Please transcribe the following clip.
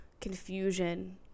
confusion